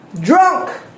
drunk